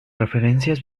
referencias